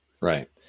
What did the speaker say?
Right